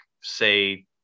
say